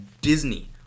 Disney